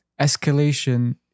escalation